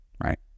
right